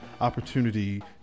opportunity